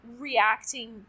reacting